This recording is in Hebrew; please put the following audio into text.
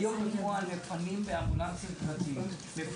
היו דיברו שמפנים באמבולנסים פרטיים.